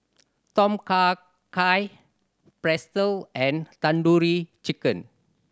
Tom Kha Gai Pretzel and Tandoori Chicken